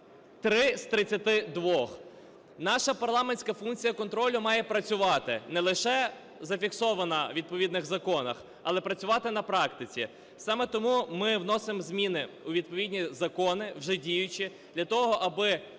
3 з 32. Наша парламентська функція контролю має працювати, не лише зафіксована у відповідних законах, але працювати на практиці. Саме тому ми вносимо зміни у відповідні закони вже діючі для того аби